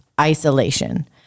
isolation